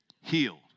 healed